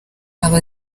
aba